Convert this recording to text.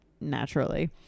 Naturally